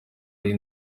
ari